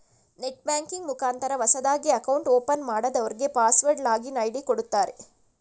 net banking ಮುಖಾಂತರ ಹೊಸದಾಗಿ account open ಮಾಡದವ್ರಗೆ ಪಾಸ್ವರ್ಡ್ ಲಾಗಿನ್ ಐ.ಡಿ ಕೊಡುತ್ತಾರೆ